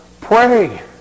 pray